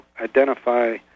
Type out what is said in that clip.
identify